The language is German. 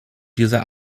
dieser